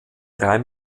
drei